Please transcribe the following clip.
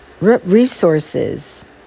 Resources